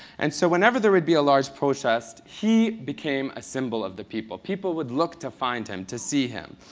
and so whenever there would be a large protest, he became a symbol of the people. people would look to find him, to see him,